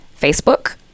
facebook